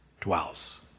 dwells